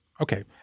Okay